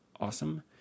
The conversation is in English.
awesome